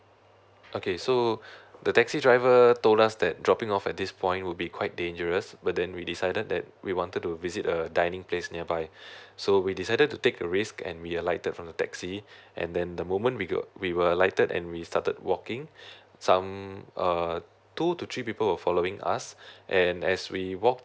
okay so the taxi driver told us that dropping off at this point will be quite dangerous but then we decided that we wanted to visit a dining place nearby so we decided to take a risk and we alighted from the taxi and then the moment we got~ we were alighted and we started walking some err two to three people following us and as we walked